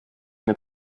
mit